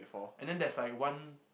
and then there's like one